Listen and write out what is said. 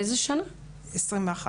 אז מה,